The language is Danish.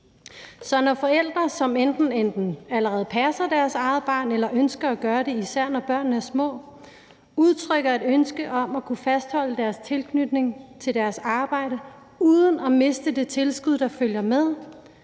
Så når forældre, som enten allerede passer deres eget barn eller ønsker at gøre det, især når børnene er små, udtrykker et ønske om at kunne fastholde deres tilknytning til deres arbejde uden at miste det tilskud, der følger med,